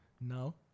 now